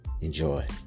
Enjoy